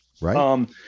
Right